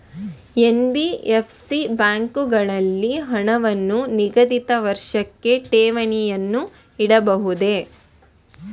NBFC ಬ್ಯಾಂಕುಗಳಲ್ಲಿ ಹಣವನ್ನು ನಿಗದಿತ ವರ್ಷಕ್ಕೆ ಠೇವಣಿಯನ್ನು ಇಡಬಹುದೇ?